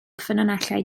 ffynonellau